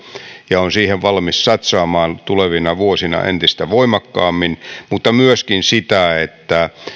ja on siihen valmis satsaamaan tulevina vuosina entistä voimakkaammin mutta myöskin sitä että